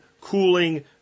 cooling